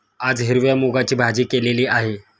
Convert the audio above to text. आज हिरव्या मूगाची भाजी केलेली आहे